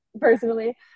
personally